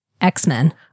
X-Men